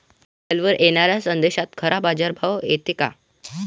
मोबाईलवर येनाऱ्या संदेशात खरा बाजारभाव येते का?